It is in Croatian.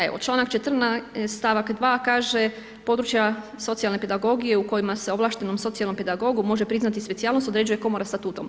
Evo, čl. 14. st. 2. kaže, područja socijalne pedagogije u kojima se ovlaštenom socijalnom pedagogu može priznati specijalnost određuje Komora Statutom.